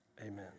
amen